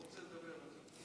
אתה לא רוצה לדבר על זה.